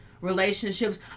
relationships